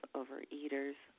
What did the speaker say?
overeaters